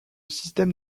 système